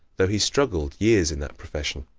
though he struggled years in that profession.